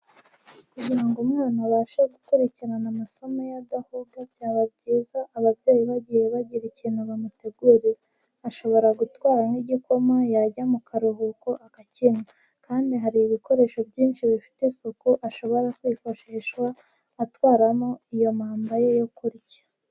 Kugira ngo umwana abashe gukurikirana amasomo ye adahuga byaba byiza ababyeyi bagiye bagira ikintu bamutegurira. Ashobora gutwara nk'igikoma yajya mu karuhuko akakinywa kandi hari ibikoresho byinshi bifite isuku ashobora kwifashisha atwaramo iyo mpamba ye yo kurya.